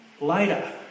Later